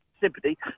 sympathy